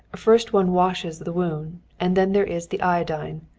first one washes the wound and then there is the iodine.